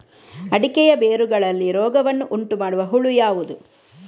ಅಡಿಕೆಯ ಬೇರುಗಳಲ್ಲಿ ರೋಗವನ್ನು ಉಂಟುಮಾಡುವ ಹುಳು ಯಾವುದು?